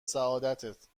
سعادتت